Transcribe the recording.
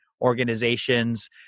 organizations